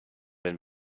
wenn